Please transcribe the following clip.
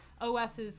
OSs